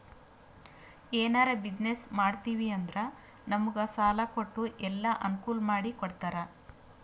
ಎನಾರೇ ಬಿಸಿನ್ನೆಸ್ ಮಾಡ್ತಿವಿ ಅಂದುರ್ ನಮುಗ್ ಸಾಲಾ ಕೊಟ್ಟು ಎಲ್ಲಾ ಅನ್ಕೂಲ್ ಮಾಡಿ ಕೊಡ್ತಾರ್